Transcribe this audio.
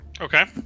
Okay